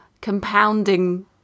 compounding